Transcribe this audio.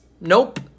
nope